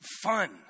fun